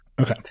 Okay